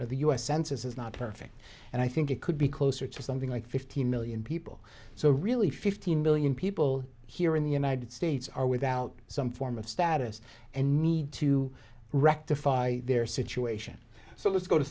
know the u s census is not perfect and i think it could be closer to something like fifteen million people so really fifteen million people here in the united states are without some form of status and need to rectify their situation so let's go to